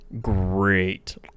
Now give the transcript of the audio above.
Great